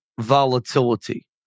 volatility